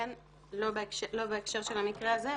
לא בהקשר של המקרה הזה,